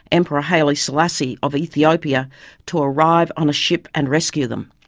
emporer haillie selassie of ethiopia to arrive on a ship and rescue them.